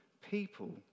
people